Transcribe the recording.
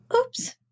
oops